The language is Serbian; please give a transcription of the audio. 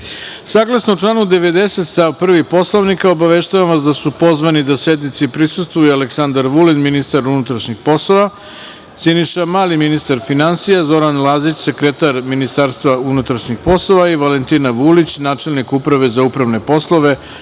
članu 90. stav 1. Poslovnika, obaveštavam vas da su pozvani da sednici prisustvuju: Aleksandar Vulin, ministar unutrašnjih poslova, Siniša Mali, ministar finansija, Zoran Lazić, sekretar Ministarstva unutrašnjih poslova i Valentina Vulić, načelnik Uprave za upravne poslove